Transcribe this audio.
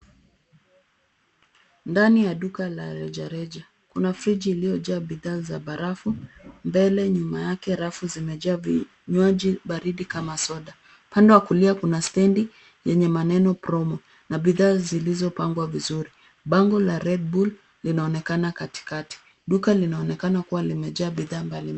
Ndani ya duka la rejareja. Kuna friji iliyojaa bidhaa za barafu mbele. Nyuma yake rafu zimejaa vinywaji baridi kama soda. Upande wa kulia kuna stendi yenye maneno promo na bidhaa zilizopangwa vizuri. Bango la Redbull linaonekana katikati. Duka linaonekana kuwa limejaa bidhaa mbalimbali.